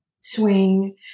swing